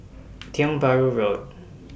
Tiong Bahru Road